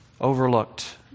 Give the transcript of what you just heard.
overlooked